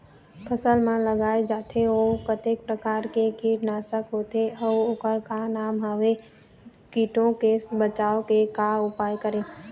फसल म लगाए जाथे ओ कतेक प्रकार के कीट नासक होथे अउ ओकर का नाम हवे? कीटों से बचाव के का उपाय करें?